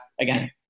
again